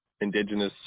indigenous